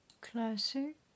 classic